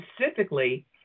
specifically